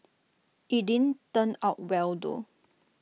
IT didn't turn out well though